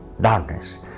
darkness